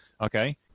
Okay